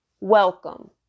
Welcome